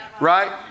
right